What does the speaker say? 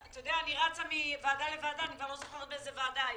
אני רצה מוועדה לוועדה אני כבר לא זוכרת באיזו ועדה הייתי.